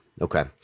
Okay